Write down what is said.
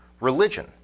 religion